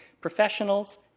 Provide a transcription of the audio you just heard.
Professionals